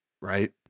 right